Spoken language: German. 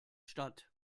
statt